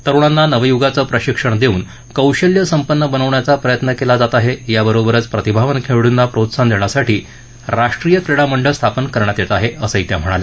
तरुणांना नवयुगाचं प्रशिक्षण देऊन कौशल्य संपन्न बनवण्याचा प्रयत्न केला जात आहे याबरोबरच प्रतिभावान खेळाडूंना प्रोत्साहन देण्यासाठी राष्ट्रीय क्रीडा मंडळ स्थापन करण्यात येत आहे असंही त्या म्हणाल्या